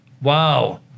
wow